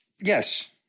Yes